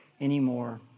anymore